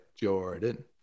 Jordan